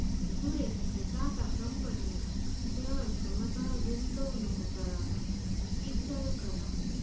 सुरेशनी टाटा कंपनीना शेअर्समझार गुंतवणूक कराना इचार करा